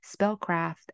spellcraft